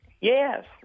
Yes